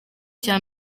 cya